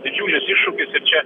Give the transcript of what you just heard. didžiulis iššūkis ir čia